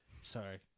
sorry